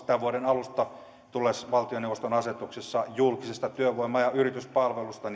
tämän vuoden alusta tulleeseen valtioneuvoston asetukseen julkisista työvoima ja yrityspalveluista